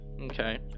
Okay